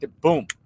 Boom